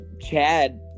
Chad